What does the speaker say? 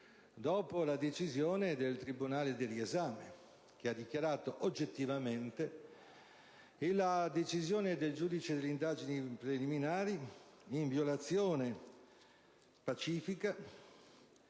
dopo la decisione del tribunale del riesame, che ha dichiarato oggettivamente che la decisione del giudice per le indagini preliminari è in violazione pacifica